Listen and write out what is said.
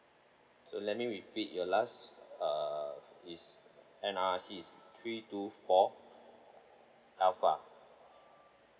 so let me repeat your last uh is N_R_I_C is three two four alpha